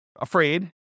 afraid